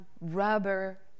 rubber